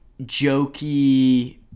jokey